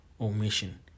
omission